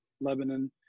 Lebanon